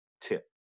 tip